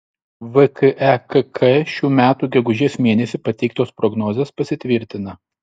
vkekk šių metų gegužės mėnesį pateiktos prognozės pasitvirtina